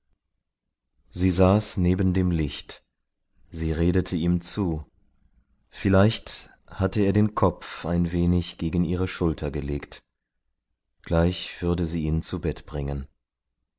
sie saß neben dem licht sie redete ihm zu vielleicht hatte er den kopf ein wenig gegen ihre schulter gelegt gleich würde sie ihn zu bett bringen